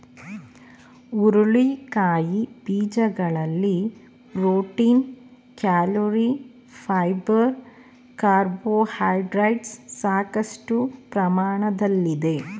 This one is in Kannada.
ಹುರುಳಿಕಾಯಿ ಬೀಜಗಳಲ್ಲಿ ಪ್ರೋಟೀನ್, ಕ್ಯಾಲೋರಿ, ಫೈಬರ್ ಕಾರ್ಬೋಹೈಡ್ರೇಟ್ಸ್ ಸಾಕಷ್ಟು ಪ್ರಮಾಣದಲ್ಲಿದೆ